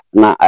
na